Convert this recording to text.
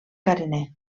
carener